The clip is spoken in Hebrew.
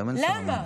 היום אין שר המים.